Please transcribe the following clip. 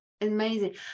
Amazing